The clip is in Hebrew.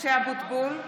משה אבוטבול,